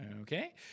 okay